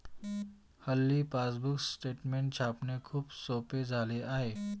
हल्ली passbook statement छापणे खूप सोपे झाले आहे